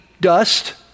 dust